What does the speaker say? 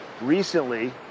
recently